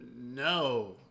No